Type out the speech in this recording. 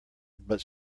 but